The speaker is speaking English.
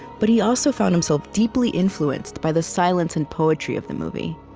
but he also found himself deeply influenced by the silence and poetry of the movie.